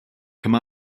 come